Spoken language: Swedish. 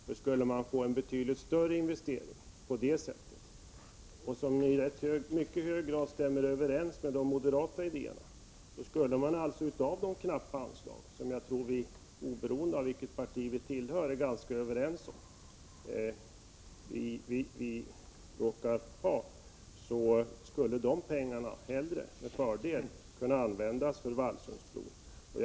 Man skulle på det sättet få en betydligt större investering, som också i mycket hög grad skulle stämma överens med de moderata idéerna. Jag tror att vi, oberoende av vilket parti vi tillhör, är ganska överens om att det är knappa anslag som vi råkar ha. Pengarna skulle med större fördel kunna användas för Vallsundsbron.